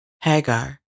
Hagar